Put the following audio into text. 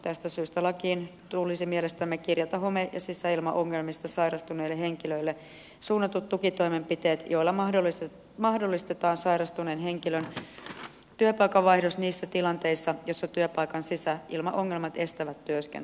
tästä syystä lakiin tulisi mielestämme kirjata home ja sisäilmaongelmista sairastuneille henkilöille suunnatut tukitoimenpiteet joilla mahdollistetaan sairastuneen henkilön työpaikan vaihdos niissä tilanteissa joissa työpaikan sisäilmaongelmat estävät työskentelyn